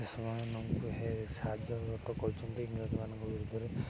ଦେଶମାନଙ୍କୁ ସାହାଯ୍ୟ ଗତ କରୁଛନ୍ତି ଇଂରେଜମାନଙ୍କ ଭିତରେ